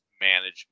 management